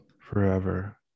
forever